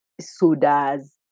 sodas